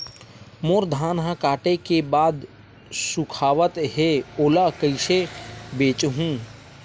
मोर धान ह काटे के बाद सुखावत हे ओला कइसे बेचहु?